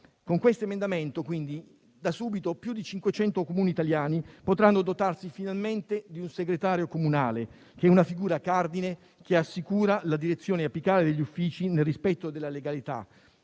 Con questo emendamento, quindi, da subito più di 500 Comuni italiani potranno dotarsi finalmente di un segretario comunale, una figura cardine che assicura la direzione apicale degli uffici nel rispetto della legalità,